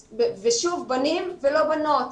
ושוב, בנים ולא בנות.